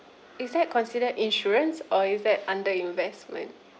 is that considered insurance or is that under investment